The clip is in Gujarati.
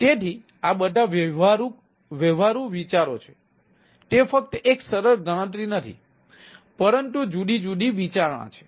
તેથી આ બધા વ્યવહારુ વિચારો છે તેથી તે ફક્ત એક સરળ ગણતરી નથી પરંતુ જુદી જુદી વિચારણા છે